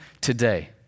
today